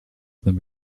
them